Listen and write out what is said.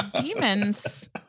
demons